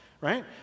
right